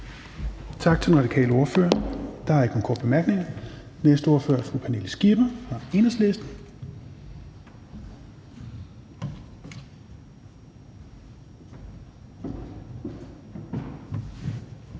Tak til den radikale ordfører. Der er ikke nogen korte bemærkninger. Den næste ordfører er fru Pernille Skipper fra Enhedslisten.